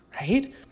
right